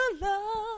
love